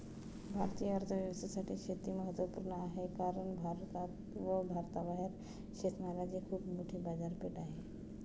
भारतीय अर्थव्यवस्थेसाठी शेती महत्वपूर्ण आहे कारण भारतात व भारताबाहेर शेतमालाची खूप मोठी बाजारपेठ आहे